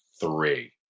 three